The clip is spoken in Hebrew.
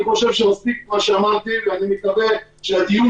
אני חשוב שמספיק מה שאמרתי ואני מקווה שהדיון